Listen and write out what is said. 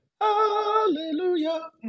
hallelujah